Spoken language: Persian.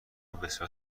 بسیار